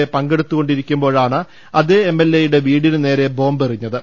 A പങ്കെടുത്തുകൊണ്ടിരിക്കുമ്പോഴാണ് അതേ M L എയുടെ വീടിനു നേരെ ബോംബെറിഞ്ഞത്